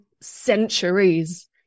centuries